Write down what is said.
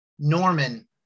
Norman